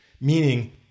Meaning